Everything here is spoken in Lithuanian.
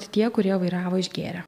tie kurie vairavo išgėrę